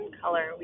color